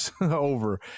over